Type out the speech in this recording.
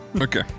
Okay